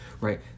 right